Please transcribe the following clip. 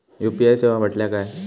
UPI सेवा म्हटल्या काय?